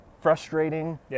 frustrating